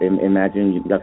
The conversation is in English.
imagine